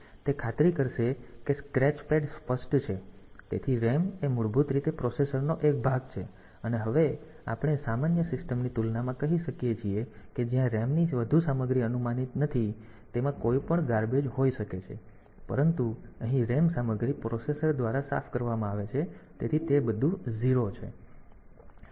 તેથી તે ખાતરી કરશે કે સ્ક્રેચ પેડ સ્પષ્ટ છે તેથી RAM એ મૂળભૂત રીતે પ્રોસેસરનો એક ભાગ છે અને હવે આપણે સામાન્ય સિસ્ટમની તુલનામાં કહી શકીએ છીએ કે જ્યાં RAM ની વધુ સામગ્રી અનુમાનિત નથી તેમાં કોઈપણ કચરો હોઈ શકે છે પરંતુ અહીં RAM સામગ્રી પ્રોસેસર દ્વારા સાફ કરવામાં આવે છે તેથી તે બધું 0 છે